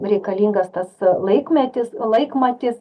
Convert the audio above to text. reikalingas tas laikmetis laikmatis